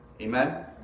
Amen